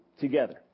together